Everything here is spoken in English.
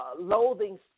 Loathing